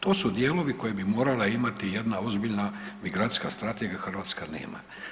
To su dijelovi koje bi morala imati jedna ozbiljna migracijska strategija, a Hrvatska nema.